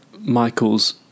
Michael's